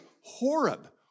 Horeb